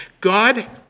God